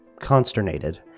consternated